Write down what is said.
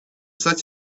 such